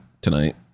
tonight